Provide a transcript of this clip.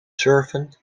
surfen